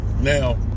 now